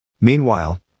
Meanwhile